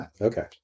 Okay